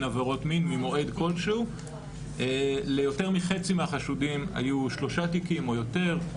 עבירות מין ממועד כלשהו ליותר מחצי מהחשודים היו שלושה תיקים או יותר,